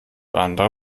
andere